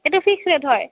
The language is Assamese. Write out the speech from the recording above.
এইটো ফিক্স ৰেট হয়